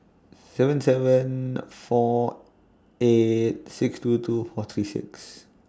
seven seven four eight six two two four three six